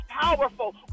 powerful